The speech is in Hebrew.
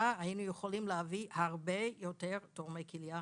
היינו יכולים להביא הרבה יותר תורמי כליה.